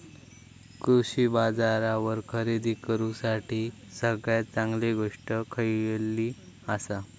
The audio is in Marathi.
कृषी बाजारावर खरेदी करूसाठी सगळ्यात चांगली गोष्ट खैयली आसा?